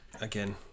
again